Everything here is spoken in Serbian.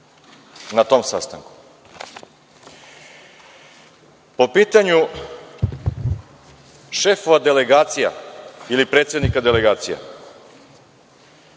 na tom sastanku. Po pitanju šefova delegacija ili predsednika delegacija,